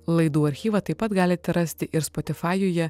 laidų archyvą taip pat galite rasti ir spotifaijuje